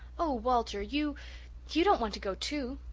oh, walter you you don't want to go too.